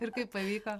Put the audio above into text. ir kaip pavyko